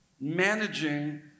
managing